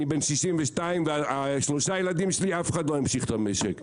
אני בן 62 ומהשלושה ילדים שלי אף אחד לא ימשיך את המשק.